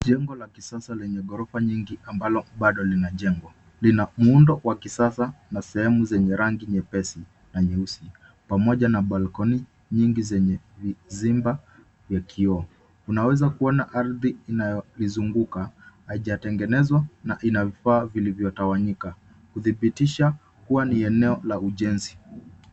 Jengo la kisasa lenye ghorofa nyingi ambalo bado linajengwa. Lina muundo wa kisasa na sehemu zenye rangi nyepesi na nyeusi, pamoja na balkoni nyingi zenye vizimba vya kioo. Unaweza kuona ardhi inayoizunguka, haijatengenezwa na inavifaa vilivyotawanyika kudhibitisha kuwa ni eneo la ujenzi.